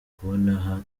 kubona